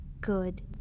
Good